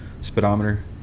speedometer